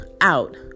out